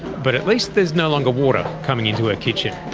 but at least there's no longer water coming into her kitchen.